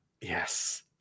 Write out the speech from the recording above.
yes